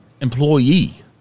employee